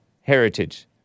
heritage